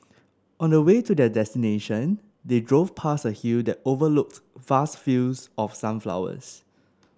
on the way to their destination they drove past a hill that overlooked vast fields of sunflowers